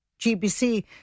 GBC